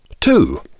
Two